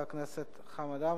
חבר הכנסת חמד עמאר,